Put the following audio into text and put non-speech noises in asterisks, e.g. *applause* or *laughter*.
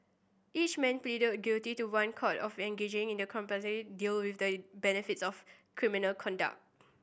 each man pleaded guilty to one count of engaging in a *unintelligible* deal with the benefits of criminal conduct